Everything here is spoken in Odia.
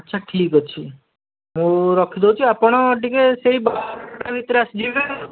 ଆଛା ଠିକ୍ ଅଛି ମୁଁ ରଖି ଦେଉଛି ଆପଣ ଟିକେ ସେହି ବାରଟା ଭିତରେ ଆସିଯିବେ ଆଉ